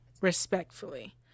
respectfully